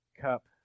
cup